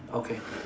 okay